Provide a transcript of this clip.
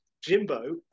Jimbo